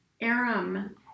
Aram